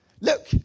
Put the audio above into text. Look